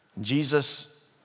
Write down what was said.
Jesus